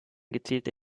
gezielte